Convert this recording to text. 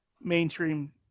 mainstream